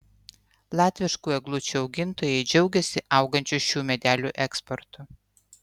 latviškų eglučių augintojai džiaugiasi augančiu šių medelių eksportu